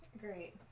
Great